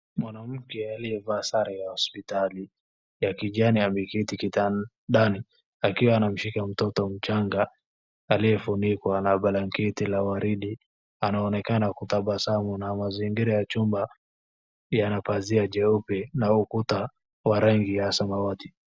Mwanamke aliyevaa sare ya hospitali ya kijani ameketi kitandani akiwa anamshika mtoto mchanga aliyefunikwa na blanketi la waridi, anaonekana akitabasamu. Mazingira ya chumba yana pazia jeupe na ukuta wa samawati.